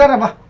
of a